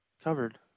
Covered